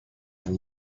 and